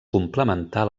complementar